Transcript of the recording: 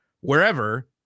wherever